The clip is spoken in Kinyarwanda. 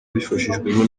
abifashijwemo